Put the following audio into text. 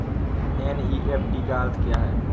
NEFT का अर्थ क्या है?